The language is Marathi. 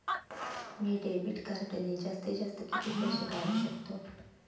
मी डेबिट कार्डने जास्तीत जास्त किती पैसे काढू शकतो?